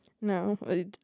No